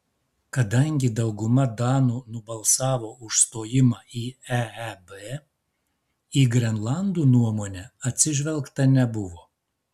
kadangi dauguma danų nubalsavo už stojimą į eeb į grenlandų nuomonę atsižvelgta nebuvo